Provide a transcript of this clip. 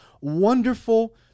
wonderful